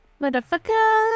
motherfucker